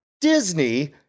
Disney